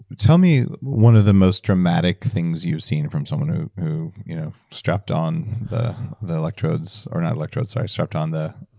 tell me one of the most dramatic things you've seen from someone ah who you know strapped on the the electrodes. or not electrodes, sorry, strapped on the.